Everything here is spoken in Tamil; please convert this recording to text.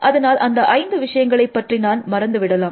அதனால் அந்த ஐந்து விஷயங்களை பற்றி நான் மறந்து விடலாம்